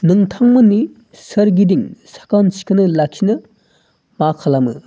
नोंथांमोननि सोरगिदिं साखोन सिखोनै लाखिनो मा खालामो